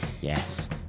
Yes